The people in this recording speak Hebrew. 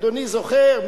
אדוני זוכר,